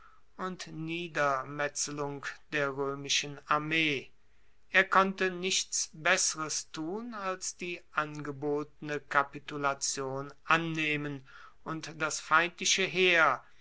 und niedermetzelung der roemischen armee er konnte nichts besseres tun als die angebotene kapitulation annehmen und das feindliche heer